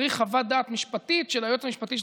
צריך חוות דעת משפטית של היועץ המשפטי של